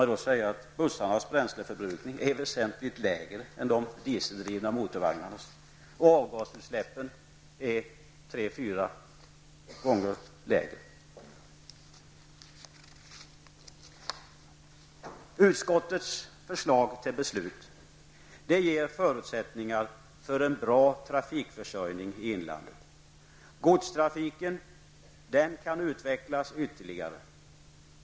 Låt mig säga att bussarnas bränsleförbrukning är väsentligt lägre än de dieseldrivna motorvagnarnas, och avgasutsläppen är tre fyra gånger lägre. Utskottets förslag till beslut ger förutsättningar för en bra trafikförsörjning i inlandet. Godstrafiken kan utvecklas ytterligare.